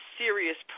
serious